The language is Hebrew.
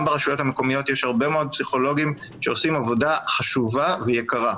גם ברשויות המקומיות יש הרבה מאוד פסיכולוגים שעושים עבודה חשובה ויקרה.